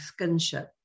skinship